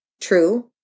true